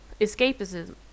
escapism